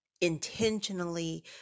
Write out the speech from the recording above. intentionally